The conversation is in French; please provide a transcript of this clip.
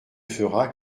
fera